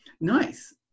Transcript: Nice